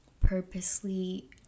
purposely